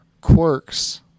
quirks